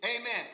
amen